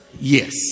yes